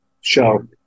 show